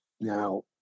now